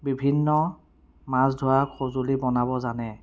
বিভিন্ন মাছ ধৰা সঁজুলি বনাব জানে